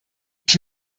ich